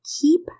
keep